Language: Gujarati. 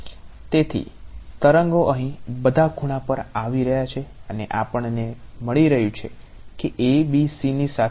તેથી તરંગો અહીં બધા ખૂણા પર આવી રહ્યા છે અને આપણને મળી રહ્યું છે કે ABCની સાથે તેઓ પરાવર્તિત થાય છે ઓકે